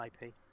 IP